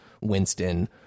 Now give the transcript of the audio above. Winston